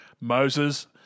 Moses